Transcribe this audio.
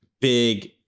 big